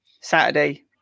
saturday